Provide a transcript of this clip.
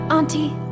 Auntie